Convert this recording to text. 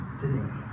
today